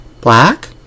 Black